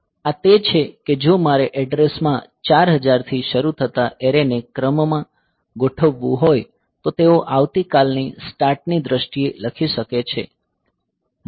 આ તે છે કે જો મારે એડ્રેસ માં 4000 થી શરૂ થતા એરે ને ક્રમમાં ગોઠવવું હોય તો તેઓ આવતી કાલની સ્ટાર્ટ ની દ્રષ્ટિએ લખી શકે છે